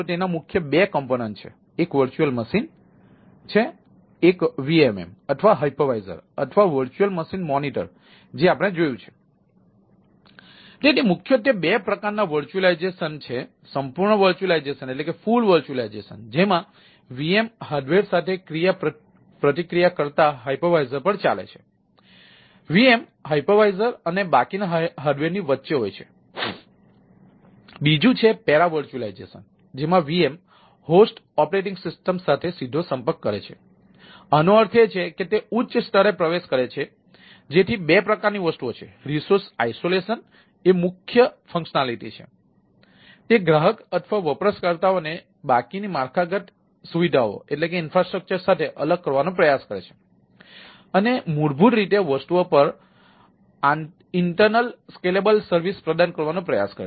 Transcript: જેમાં VM hardware સાથે ક્રિયાપ્રતિક્રિયા કરતા હાઇપરવાઇઝર પર ચાલે છે